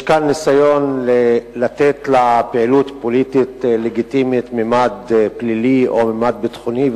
יש כאן ניסיון לתת לפעילות פוליטית לגיטימית ממד פלילי או ממד ביטחוני,